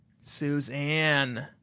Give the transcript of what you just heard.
Suzanne